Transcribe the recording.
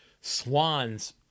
Swans